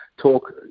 talk